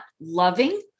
loving